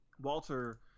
Walter